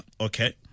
okay